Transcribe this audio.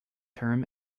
term